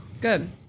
Good